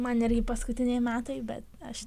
man irgi paskutiniai metai bet aš